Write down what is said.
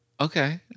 Okay